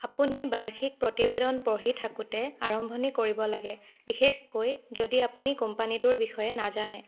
আপুনি বাৰ্ষিক প্ৰতিবেদন পঢ়ি থাকোঁতে আৰম্ভণি কৰিব লাগে বিশেষকৈ যদি আপুনি কোম্পানীটোৰ বিষয়ে নাজানে